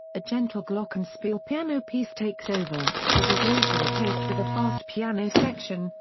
a gentle glockenspiel piano piece takes over, but is later replaced with a fast piano section,